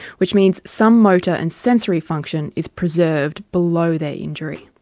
which means some motor and sensory function is preserved below their injury.